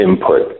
input